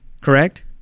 correct